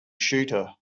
shooter